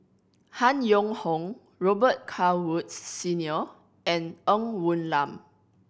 Han Yong Hong Robet Carr Woods Senior and Ng Woon Lam